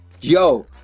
Yo